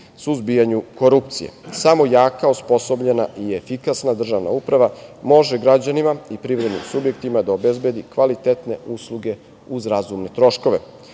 suzbijanju korupcije. Samo jaka, osposobljenja i efikasna državna uprava može građanima i privrednim subjektima da obezbedi kvalitetne usluge uz razumne troškove.